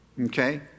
okay